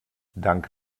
dank